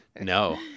no